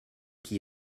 qui